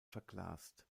verglast